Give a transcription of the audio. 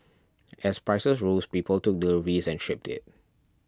as prices rose people took deliveries and shipped it